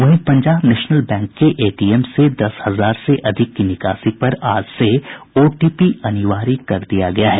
वहीं Punjab National Bank के ATM से दस हजार से अधिक की निकासी पर आज से ओटीपी अनिवार्य कर दिया गया है